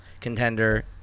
contender